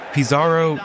Pizarro